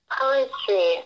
poetry